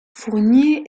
fournier